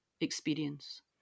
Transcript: experience